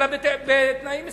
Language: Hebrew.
אלא בתנאים מסוימים.